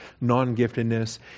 non-giftedness